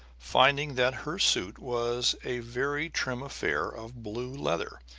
finding that her suit was a very trim affair of blue leather,